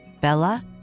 Bella